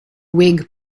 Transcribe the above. whig